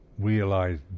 realize